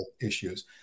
issues